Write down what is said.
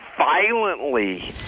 Violently